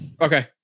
Okay